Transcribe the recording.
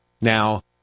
Now